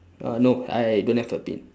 uh no I don't have a pin